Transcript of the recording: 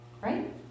Right